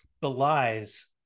belies